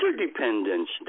Interdependence